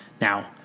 Now